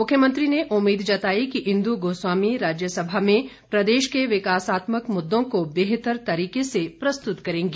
मुख्यमंत्री ने उम्मीद जताई कि इंदु गोस्वामी राज्यसभा में प्रदेश के विकासात्मक मुद्दों को बेहतर तरीके से प्रस्तुत करेंगी